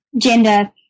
gender